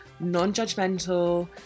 non-judgmental